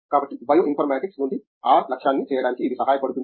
కాబట్టి bioinformatics నుండి ఆ లక్ష్యాన్ని చేయడానికి ఇది సహాయపడుతుంది